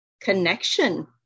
connection